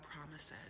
promises